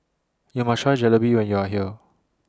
YOU must Try Jalebi when YOU Are here